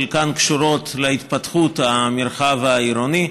חלקן קשורות להתפתחות המרחב העירוני,